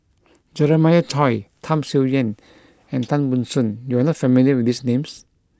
Jeremiah Choy Tham Sien Yen and Tan Ban Soon you are not familiar with these names